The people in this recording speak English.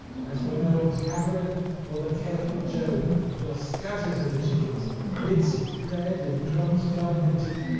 as when old catherine or the careful joan doth scatter to the chickens bits of bread and crumbs fragmented,